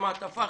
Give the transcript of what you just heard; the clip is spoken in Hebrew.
במעטפה,